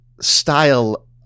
style